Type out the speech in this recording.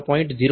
01 મી